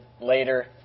later